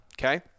okay